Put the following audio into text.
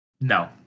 No